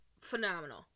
Phenomenal